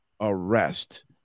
arrest